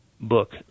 book